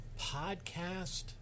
podcast